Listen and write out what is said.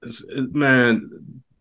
Man